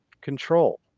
control